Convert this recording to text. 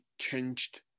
changed